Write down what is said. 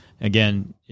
again